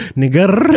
nigger